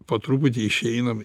po truputį išeinam